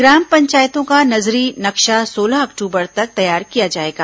ग्राम पंचायतों का नजरी नक्शा सोलह अक्टूबर तक तैयार किया जाएगा